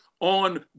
on